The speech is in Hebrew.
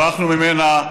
ברחנו ממנה.